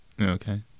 Okay